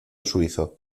suizo